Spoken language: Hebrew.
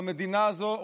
במדינה הזו,